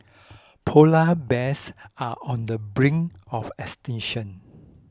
Polar Bears are on the brink of extinction